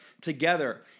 together